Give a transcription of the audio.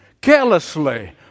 carelessly